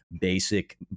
basic